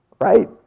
Right